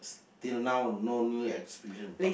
till now no new experience